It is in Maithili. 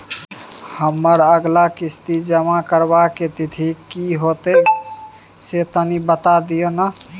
हमर अगला किस्ती जमा करबा के तिथि की होतै से कनी बता दिय न?